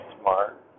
smart